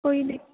ਕੋਈ ਨਹੀਂ